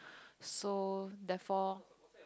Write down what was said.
so therefore